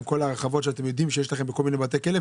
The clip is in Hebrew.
עם כל ההרחבות שאתם יודעים שיש לכם בכל מיני בתי כלא,